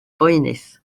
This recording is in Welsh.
boenus